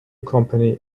company